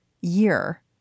year